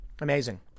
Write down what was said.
Amazing